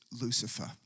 Lucifer